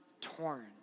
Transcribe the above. torn